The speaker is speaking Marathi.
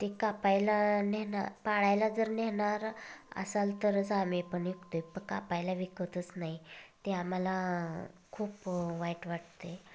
ते कापायला नेणं पाळायला जर नेणार असाल तरच आम्ही पण विकतोय प कापायला विकतच नाही ते आम्हाला खूप वाईट वाटतं आहे